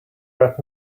rap